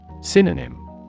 Synonym